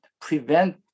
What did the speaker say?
prevent